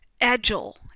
agile